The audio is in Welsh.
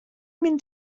mynd